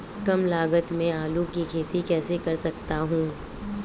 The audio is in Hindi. कम लागत में आलू की खेती कैसे कर सकता हूँ?